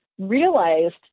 realized